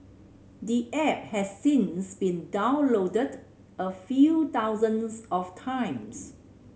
the app has since been downloaded a few thousands of times